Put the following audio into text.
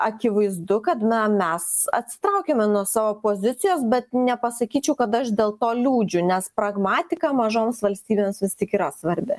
akivaizdu kad na mes atsitraukiame nuo savo pozicijos bet nepasakyčiau kad aš dėl to liūdžiu nes pragmatika mažoms valstybėms vis tik yra svarbi